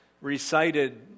recited